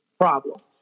problems